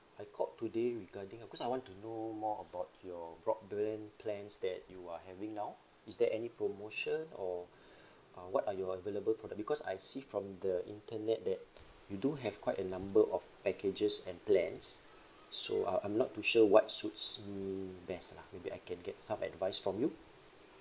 I called today regarding uh because I want to know more about your plans that you are having now is there any promotion or uh what are your available product because I see from the internet that you do have quite a number of packages and plans so uh I'm not too sure what suits me best lah maybe I can get some advice from you